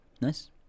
Nice